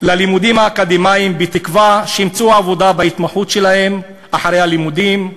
ללימודים האקדמיים בתקווה שימצאו עבודה בהתמחות שלהם אחרי הלימודים,